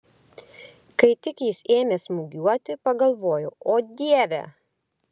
kai tik jis ėmė smūgiuoti pagalvojau o dieve